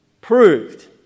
proved